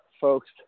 folks